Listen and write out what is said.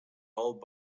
old